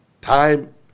time